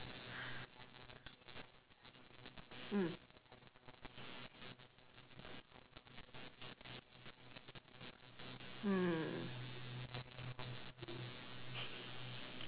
mm mm